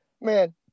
Man